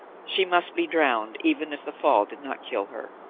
she must be drowned even if the fall did not kill her.